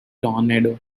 tornado